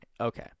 Okay